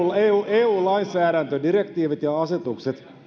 eu lainsäädäntödirektiivit ja asetukset